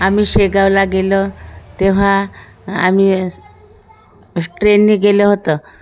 आम्ही शेगावला गेलो तेव्हा आम्ही ट्रेननी गेलो होतो